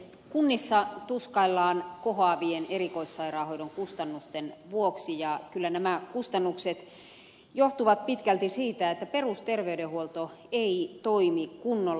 kunnissa tuskaillaan kohoavien erikoissairaanhoidon kustannusten vuoksi ja nämä kustannukset kyllä johtuvat pitkälti siitä että perusterveydenhuolto ei toimi kunnolla